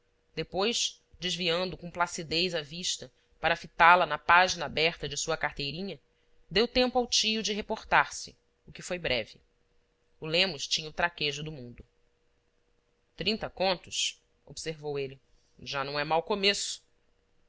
depois desviando com placidez a vista para fitá la na página aberta de sua carteirinha deu tempo ao tio de reportar se o que foi breve o lemos tinha o traquejo do mundo trinta contos observou ele já não é mau começo